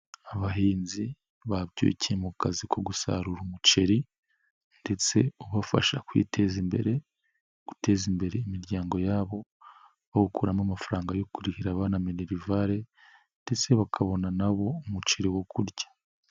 Abahinzi babyukiye mu kazi ko gusarura umuceri ndetse ubafasha kwiteza imbere, guteza imbere imiryango yabo, bawukuramo amafaranga yo kurihira abana minerivale ndetse bakabona nabo umuceri wo kurya.